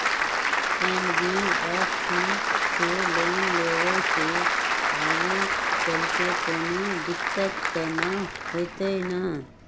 NBFC से loan लेबे से आगेचलके कौनो दिक्कत त न होतई न?